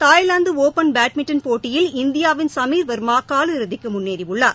Thailand open badminton போட்டியில் இந்தியாவின் சமீர்வர்மா கால் இறதிக்கு முன்னேறியுள்ளார்